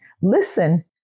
Listen